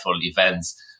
events